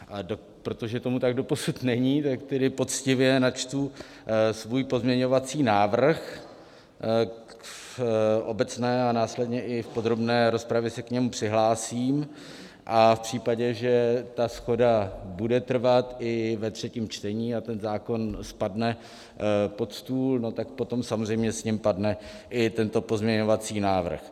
A protože tomu tak doposud není, tak tedy poctivě načtu svůj pozměňovací návrh v obecné a následně i v podrobné rozpravě se k němu přihlásím, a v případě, že ta shoda bude trvat i ve třetím čtení a ten zákon spadne pod stůl, tak potom samozřejmě s ním padne i tento pozměňovací návrh.